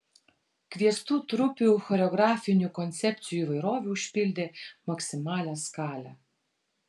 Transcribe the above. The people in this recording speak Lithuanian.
kviestų trupių choreografinių koncepcijų įvairovė užpildė maksimalią skalę